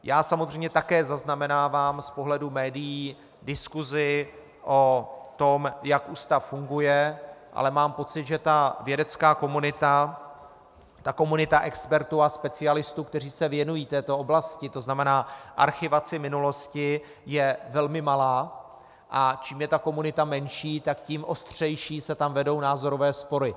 Já samozřejmě také zaznamenáván z pohledu médií diskusi o tom, jak ústav funguje, ale mám pocit, že ta vědecká komunita, komunita expertů a specialistů, kteří se věnují této oblasti, to znamená archivaci minulosti, je velmi malá, a čím je ta komunita menší, tak tím ostřejší se tam vedou názorové spory.